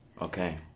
okay